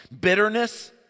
Bitterness